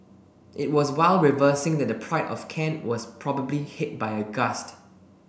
it was while reversing that the Pride of Kent was probably hit by a gust